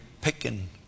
picking